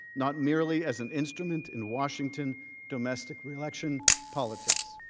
not nearly as an instrument in washington domestic reelection politics.